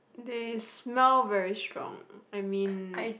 they smell very strong I mean